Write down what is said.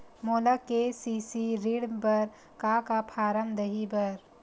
मोला के.सी.सी ऋण बर का का फारम दही बर?